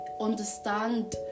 understand